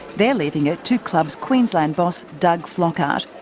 they're leaving it to clubs queensland boss doug flockhart,